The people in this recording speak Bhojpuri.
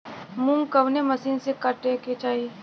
मूंग कवने मसीन से कांटेके चाही?